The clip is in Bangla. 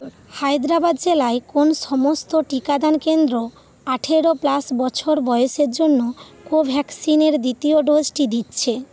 হায়দ্রাবাদ জেলায় কোন সমস্ত টিকাদান কেন্দ্র আঠেরো প্লাস বছর বয়সের জন্য কোভ্যাক্সিনের দ্বিতীয় ডোজটি দিচ্ছে